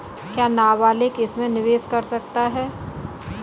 क्या नाबालिग इसमें निवेश कर सकता है?